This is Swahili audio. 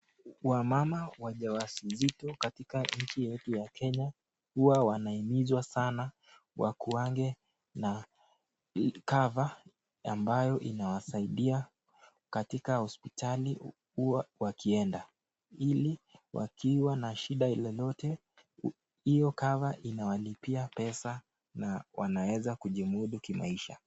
Wamama wajawazito katika nchi yetu ya kenya uwa wanaimizwa sana wakuange na cover ambayo inawasaidia katika hospitali uwa wakienda, ili wakiwa na shida yoyote iyo cover inawalipia pesa na wanaweza kujimudu kimaisha.